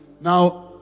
Now